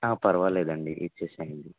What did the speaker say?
పరవాలేదు అండి ఇచ్చేసేయండి